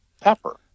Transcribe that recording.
pepper